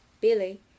Billy